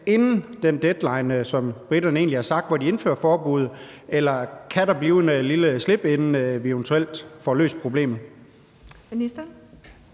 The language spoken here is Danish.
inden den deadline, som briterne har nævnt, med hensyn til hvornår de indfører forbuddet? Eller kan der blive et lille slip, inden vi eventuelt får løst problemet? Kl.